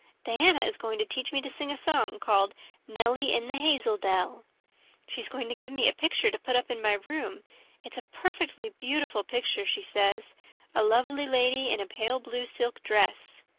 diana is going to teach me to sing a song called nelly in the hazel dell she's going to give me a picture to put up in my room it's a perfectly beautiful picture, she says a lovely lady in a pale blue silk dress.